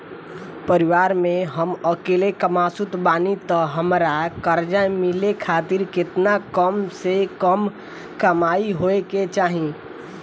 परिवार में हम अकेले कमासुत बानी त हमरा कर्जा मिले खातिर केतना कम से कम कमाई होए के चाही?